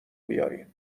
بیارین